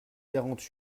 quarante